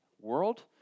world